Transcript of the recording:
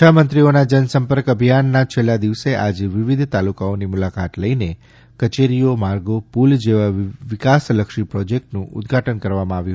છ મંત્રીઓના જનસંપર્ક અભિયાનના છેલ્લા દિવસે આજે વિવિધ તાલુકાઓની મુલાકાત લઈને કચેરીઓ માર્ગો પુલ જેવા વિકાસલક્ષી પ્રોજેકટનું ઉદધાટન કરવામાં આવ્યું